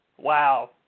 Wow